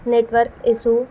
network issue